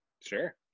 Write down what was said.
sure